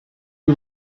you